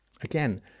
Again